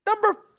Number